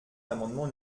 l’amendement